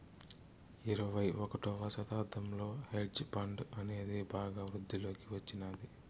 ఇరవై ఒకటవ శతాబ్దంలో హెడ్జ్ ఫండ్ అనేది బాగా వృద్ధిలోకి వచ్చినాది